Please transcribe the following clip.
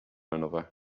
another